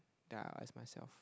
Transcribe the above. ya I ask myself